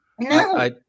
No